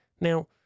Now